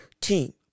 team